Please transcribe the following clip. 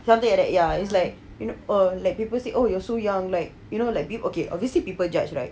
something like that ya is like you know err like people said you are so young like you know like be~ obviously people judge right